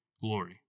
glory